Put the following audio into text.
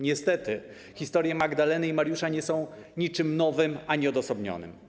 Niestety historie Magdaleny i Mariusza nie są niczym nowym ani odosobnionym.